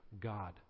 God